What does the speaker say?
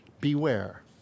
Beware